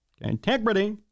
Integrity